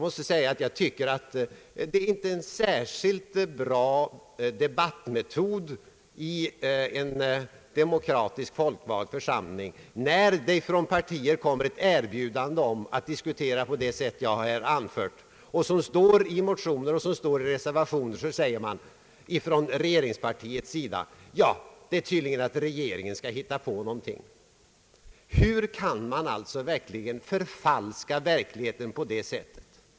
Det är inte en särskilt bra debattmetod i en demokratiskt vald församling att en talesman från regeringspartiet säger så, när vi har erbjudit oss att diskutera på det sätt jag anfört och som det står skrivet i både motioner och reservationer. Hur kan man förfalska verkligheten på det sättet?